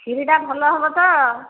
କ୍ଷୀରିଟା ଭଲ ହେବ ତ